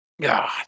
god